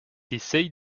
essaye